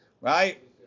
right